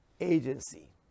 agency